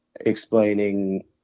explaining